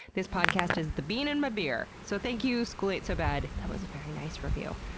this podcast is the bean in my beer! so thank you schoolain'tsobad. that was a very nice review.